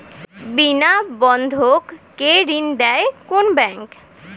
বিনা বন্ধক কে ঋণ দেয় কোন ব্যাংক?